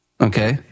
Okay